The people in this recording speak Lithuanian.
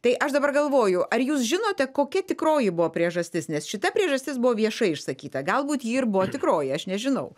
tai aš dabar galvoju ar jūs žinote kokia tikroji buvo priežastis nes šita priežastis buvo viešai išsakyta galbūt ji ir buvo tikroji aš nežinau